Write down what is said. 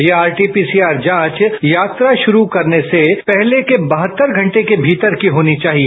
यह RT PCR जांच यात्रा शुरू करने से पहले के बहत्तर घंटे के भीतर की होनी चाहिए